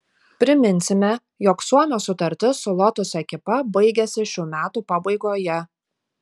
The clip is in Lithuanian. priminsime jog suomio sutartis su lotus ekipa baigiasi šių metų pabaigoje